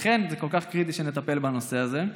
לכן, זה כל כך קריטי שנטפל בנושא הזה.